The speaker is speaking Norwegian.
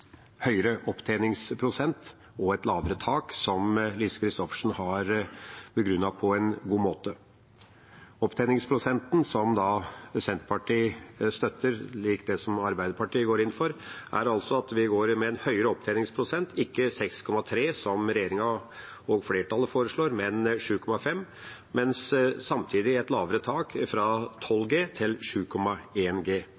høyere opptjeningsprosent og et lavere tak, som Lise Christoffersen har begrunnet på en god måte. Opptjeningsprosenten som Senterpartiet støtter, og som er lik det Arbeiderpartiet går inn for, er høyere – ikke 6,3 pst., som regjeringa og flertallet foreslår, men 7,5 pst. – men en har samtidig et lavere tak, fra